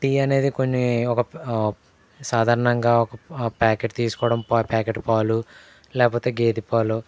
tea అనేది కొన్ని ఒక సాధారణంగా ఒక ప్యాకెట్ తీసుకోవడం పా ప్యాకెట్ పాలు లేకపోతే గేదె పాలో